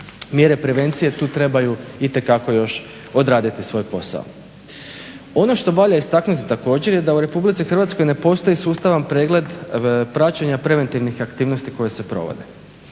mjere prevencije tu trebaju itekako još odraditi svoj posao. Ono što valja istaknuti, također je da u RH ne postoji sustavan pregled praćenja preventivnih aktivnosti koje se provode.